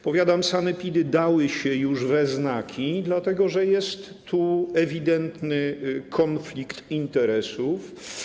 Powiadam: sanepidy dały się już we znaki, dlatego że jest tu ewidentny konflikt interesów.